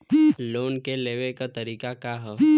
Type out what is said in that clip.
Loan के लेवे क तरीका का ह?